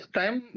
time